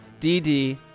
DD